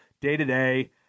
day-to-day